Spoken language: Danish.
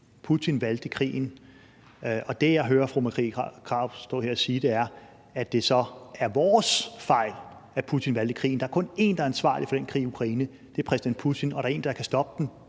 Marie Krarup stå her og sige, er, at det så er vores fejl, at Putin valgte krigen. Der er kun én, der er ansvarlig for den krig i Ukraine, og det er præsident Putin. Der er én, der kan stoppe den